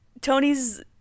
Tony's